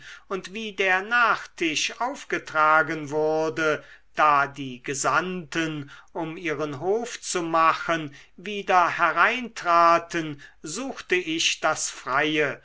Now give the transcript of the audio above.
und wie der nachtisch aufgetragen wurde da die gesandten um ihren hof zu machen wieder hereintraten suchte ich das freie